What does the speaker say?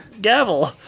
gavel